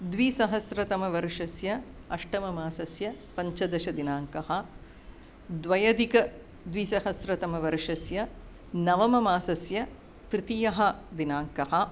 द्विसहस्रवर्षस्य अष्टममासस्य पञ्चदशदिनाङ्कः द्व्यधिकद्विसहस्रतमवर्षस्य नवममासस्य तृतीयदिनाङ्कः